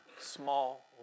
small